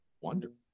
Wonderful